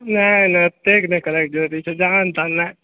नहि नहि ओतेक नहि करयके जरूरी छै जहन तहने